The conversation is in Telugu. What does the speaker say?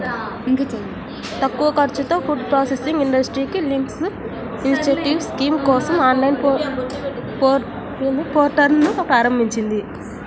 తక్కువ ఖర్చుతో ఫుడ్ ప్రాసెసింగ్ ఇండస్ట్రీకి లింక్డ్ ఇన్సెంటివ్ స్కీమ్ కోసం ఆన్లైన్ పోర్టల్ను ప్రారంభించింది